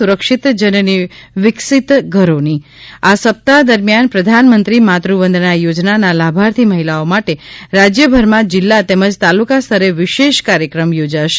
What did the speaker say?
સુરક્ષિત જનની વિકસીત ઘરોની આ સપ્તાહ દરમિયાન પ્રધાનમંત્રી માતૃવંદના યોજનાના લાભાર્થી મહિલાઓ માટે રાજ્યભરમાં જિલ્લા તેમજ તાલુકા સ્તરે વિશેષ કાર્યક્રમ યોજાશે